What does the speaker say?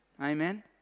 amen